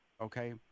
okay